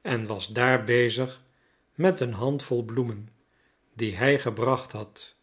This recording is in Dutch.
en was daar bezig met een handvol bloemen die hij gebracht had